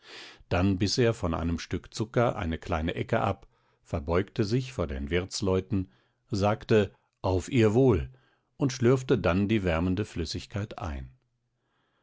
darauf biß er von einem stück zucker eine kleine ecke ab verbeugte sich vor den wirtsleuten sagte auf ihr wohl und schlürfte dann die wärmende flüssigkeit ein